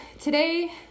today